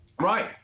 Right